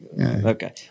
Okay